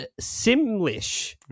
Simlish